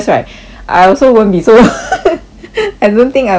I also won't be so I don't think I will be so